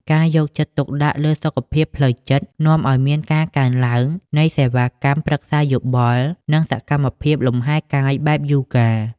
ការយកចិត្តទុកដាក់លើ "សុខភាពផ្លូវចិត្ត" នាំឱ្យមានការកើនឡើងនៃសេវាកម្មប្រឹក្សាយោបល់ និងសកម្មភាពលំហែកាយបែបយូហ្គា។